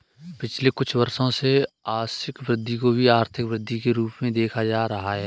पिछले कुछ वर्षों से आंशिक वृद्धि को भी आर्थिक वृद्धि के रूप में देखा जा रहा है